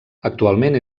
actualment